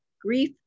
grief